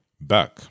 back